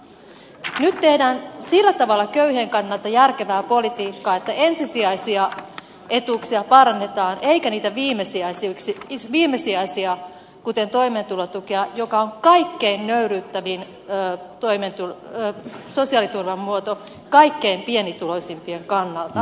nyt tehdään sillä tavalla köyhien kannalta järkevää politiikkaa että ensisijaisia etuuksia parannetaan eikä niitä viimesijaisia kuten toimeentulotukea joka on kaikkein nöyryyttävin sosiaaliturvan muoto kaikkein pienituloisimpien kannalta